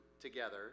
together